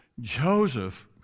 Joseph